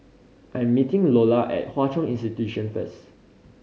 I'm meeting Lolla at Hwa Chong Institution first